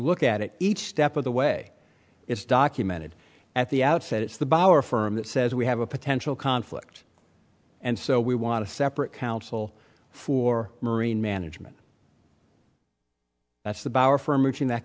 look at it each step of the way it's documented at the outset it's the by our firm that says we have a potential conflict and so we want a separate counsel for marine management that's the